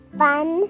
fun